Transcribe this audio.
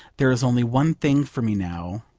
there is only one thing for me now,